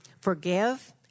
Forgive